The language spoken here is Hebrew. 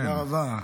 תודה רבה.